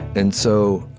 and so